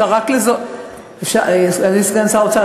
אדוני סגן שר האוצר,